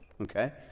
Okay